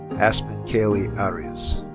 aspen kaylee arias.